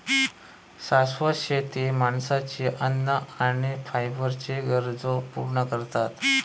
शाश्वत शेती माणसाची अन्न आणि फायबरच्ये गरजो पूर्ण करता